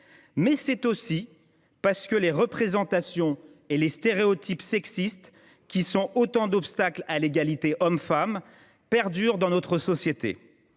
mais c’est aussi parce que les représentations et les stéréotypes sexistes, qui sont autant d’obstacles à l’égalité entre les femmes et les hommes, perdurent dans notre société.